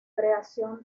creación